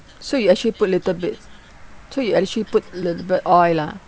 so you actually put little bit so you actually put little bit oil lah